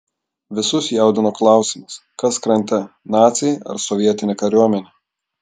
visus jaudino klausimas kas krante naciai ar sovietinė kariuomenė